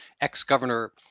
ex-governor